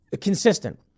consistent